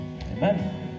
Amen